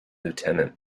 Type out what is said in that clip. lieutenant